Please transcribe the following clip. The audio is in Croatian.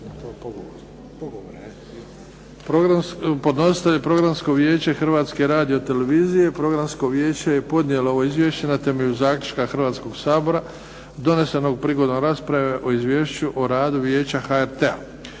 unutar HRT-a Podnositelj je Programsko vijeće Hrvatske radio-televizije. Programsko vijeće je podnijelo ovo izvješće na temelju zaključka Hrvatskog sabora, donesenog prigodom rasprave o izvješću o radu Vijeća HRT-a.